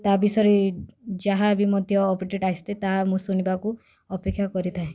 ତା' ବିଷୟରେ ଯାହା ବି ମଧ୍ୟ ଅପଡ଼େଟ୍ ଆସିଥାଏ ତାହା ମୁଁ ଶୁଣିବାକୁ ଅପେକ୍ଷା କରିଥାଏ